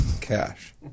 cash